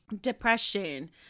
Depression